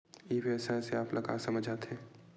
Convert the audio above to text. ई व्यवसाय से आप ल का समझ आथे?